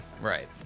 Right